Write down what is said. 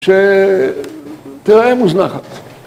שתראה מוזנחת